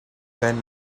then